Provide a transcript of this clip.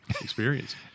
experience